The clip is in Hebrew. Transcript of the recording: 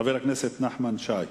חבר הכנסת נחמן שי,